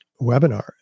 webinar